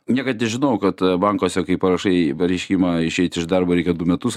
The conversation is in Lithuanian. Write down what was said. niekad nežinojau kad bankuose kai parašai pareiškimą išeiti iš darbo reikia du metus